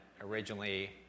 originally